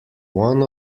one